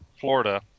Florida